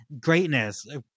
Greatness